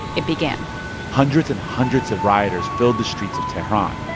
it began hundreds and hundreds of rioters filled the streets of tehran.